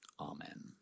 Amen